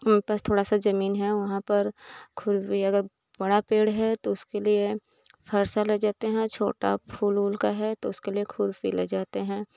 पास थोड़ा सा जमीन है वहाँ पर खुरपी अगर बड़ा पेड़ है तो उसके लिए फ़रसा ले जाते हैं छोटा फूल उल का है तो उसके लिए खुरपी ले जाते हैं